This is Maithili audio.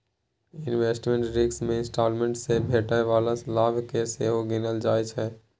इन्वेस्टमेंट रिस्क मे इंवेस्टमेंट सँ भेटै बला लाभ केँ सेहो गिनल जाइ छै